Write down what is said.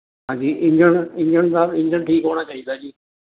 ਹਾਂਜੀ engine engine ਦਾ engine ਠੀਕ ਹੋਣਾ ਚਾਹੀਦਾ ਜੀ